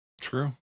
True